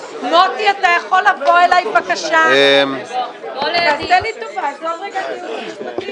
שלום לכולם, אני מתכבד לפתוח את ישיבת ועדת הכנסת.